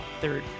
third